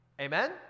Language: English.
Amen